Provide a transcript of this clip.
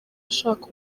ashaka